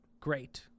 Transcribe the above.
Great